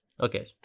Okay